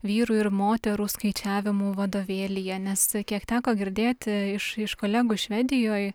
vyrų ir moterų skaičiavimu vadovėlyje nes kiek teko girdėti iš iš kolegų švedijoj